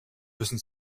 müssen